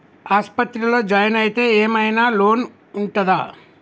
ఆస్పత్రి లో జాయిన్ అయితే ఏం ఐనా లోన్ ఉంటదా?